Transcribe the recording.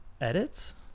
edits